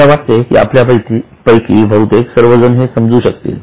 मला वाटते की आपल्या यापैकी बहुतेक सर्वजण हे समजू शकतील